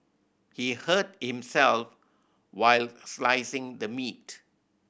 he hurt himself while slicing the meat